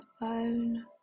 own